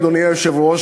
אדוני היושב-ראש,